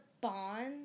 bond